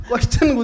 question